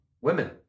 women